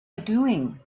doing